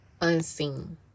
unseen